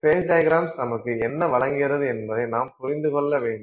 face diagrams நமக்கு என்ன வழங்குகிறது என்பதை நாம் புரிந்துகொள்ள வேண்டும்